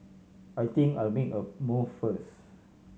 I think I'll make a move first